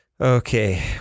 Okay